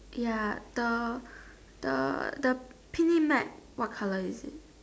ya the the the picnic mat what color is it